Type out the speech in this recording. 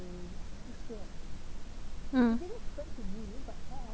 mm